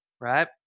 right